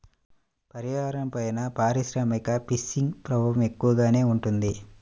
పర్యావరణంపైన పారిశ్రామిక ఫిషింగ్ ప్రభావం ఎక్కువగానే ఉంటుంది